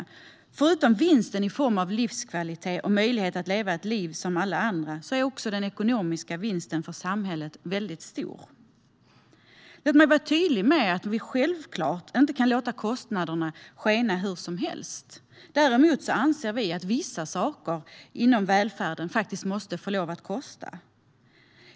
Förutom vinsten i form av livskvalitet och möjlighet att leva ett liv som alla andra är den ekonomiska vinsten för samhället väldigt stor. Låt mig vara tydlig med att vi självklart inte kan låta kostnaderna skena hur som helst. Däremot anser vi att vissa saker inom välfärden faktiskt måste få lov att kosta.